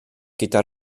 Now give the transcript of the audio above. gyda